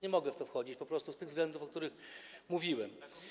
Nie mogę w to wchodzić po prostu z tych względów, o których mówiłem.